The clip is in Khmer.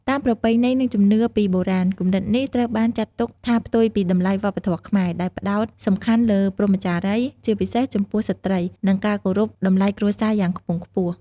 តាមប្រពៃណី និងជំនឿពីបុរាណ គំនិតនេះត្រូវបានចាត់ទុកថាផ្ទុយពីតម្លៃវប្បធម៌ខ្មែរ ដែលផ្ដោតសំខាន់លើ ព្រហ្មចារីយ៍ ជាពិសេសចំពោះស្ត្រី និងការគោរព តម្លៃគ្រួសារយ៉ាងខ្ពង់ខ្ពស់។